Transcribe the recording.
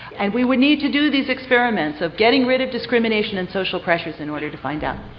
and we would need to do these experiments of getting rid of discrimination and social pressures in order to find out.